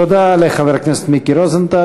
תודה לחבר הכנסת מיקי רוזנטל.